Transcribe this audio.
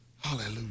hallelujah